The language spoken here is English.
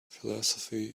philosophy